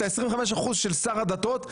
את ה-25% של שר הדתות,